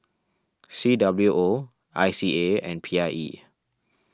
C W O I C A and P I E